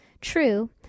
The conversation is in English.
True